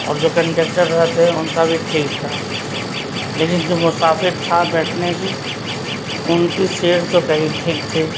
اور جو کنڈکٹر رہتے ہیں ان کا بھی ٹھیک تھا لیکن جو مسافر تھا بیٹھنے کی ان کی سیٹ تو کہیں ٹھیک تھی